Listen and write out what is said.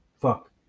fuck